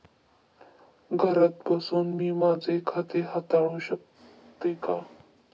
घरात बसून मी माझे खाते हाताळू शकते का?